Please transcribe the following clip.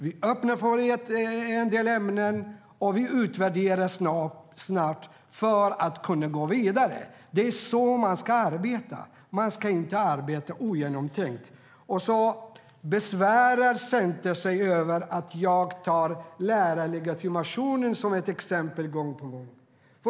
Vi öppnar för en del ämnen, och vi utvärderar snabbt för att kunna gå vidare. Det är så man ska arbeta. Man ska inte arbeta ogenomtänkt. Centern tycker att det är bevärande att jag tar lärarlegitimationen som exempel gång på gång.